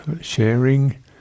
sharing